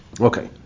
Okay